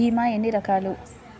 భీమ ఎన్ని రకాలు?